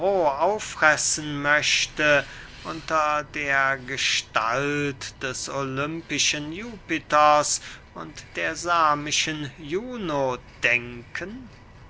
auffressen möchte unter der gestalt des olympischen jupiters und der samischen juno denken